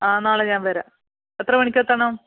ആ നാളെ ഞാൻ വരാം എത്ര മണിക്ക് എത്തണം